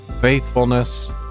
faithfulness